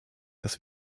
dass